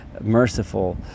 merciful